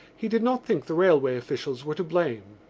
he did not think the railway officials were to blame.